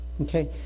Okay